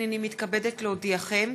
הנני מתכבדת להודיעכם,